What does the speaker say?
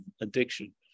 addiction